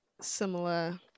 similar